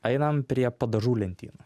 einam prie padažų lentynų